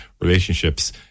relationships